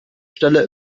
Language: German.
stelle